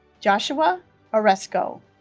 joshua oresko